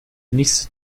nächste